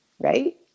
Right